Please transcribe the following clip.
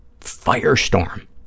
firestorm